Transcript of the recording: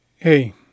Hey